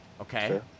okay